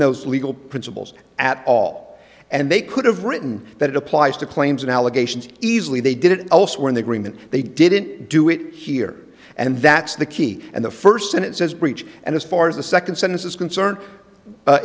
ose legal principles at all and they could have written that it applies to claims and allegations easily they did it elsewhere in the agreement they didn't do it here and that's the key and the first and it says breach and as far as the second sentence is concerned